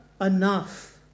enough